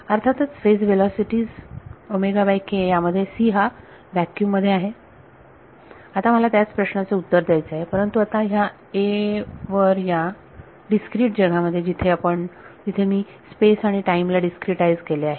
अर्थातच phase velocities यामध्ये c हा व्हॅक्युम मध्ये आहे आता मला त्याच प्रश्नाचे उत्तर द्यायचे आहे परंतु आता ह्या a वर या डिस्क्रिट जगामध्ये जिथे मी स्पेस आणि टाईम ला डीस्क्रीटाइज केले आहे